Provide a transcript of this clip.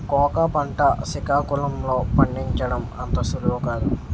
cocoa పంట సికాకుళం లో పండించడం అంత సులువు కాదు